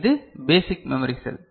இது basic memory செல்